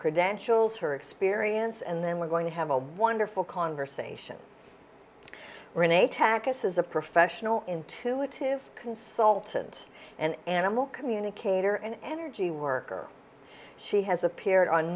credentials her experience and then we're going to have a wonderful conversation renee takacs is a professional intuitive consultant an animal communicator an energy worker she has appeared on